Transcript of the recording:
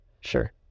sure